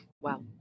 Wow